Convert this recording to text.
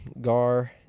gar